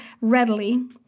readily